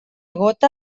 gota